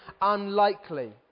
unlikely